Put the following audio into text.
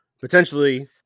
potentially